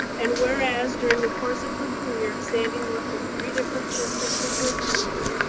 and whereas during the course of her career, sandy worked with three different district superintendents,